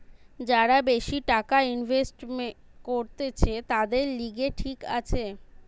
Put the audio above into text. যারা বেশি টাকা ইনভেস্ট করতিছে, তাদের লিগে ঠিক আছে